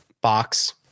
box